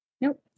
Nope